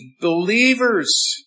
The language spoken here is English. believers